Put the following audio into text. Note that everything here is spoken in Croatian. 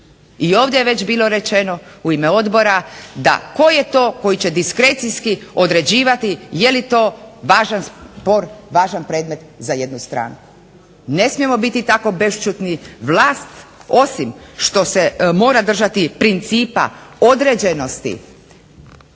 I ovdje je već bilo rečeno u ime odbora da tko je to koji će diskrecijski određivati je li to važan spor, važan predmet za jednu stranku. Ne smijemo biti tako bešćutni. Vlast osim što se mora držati principa određenosti,